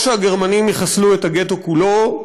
או שהגרמנים יחסלו את הגטו כולו,